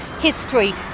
history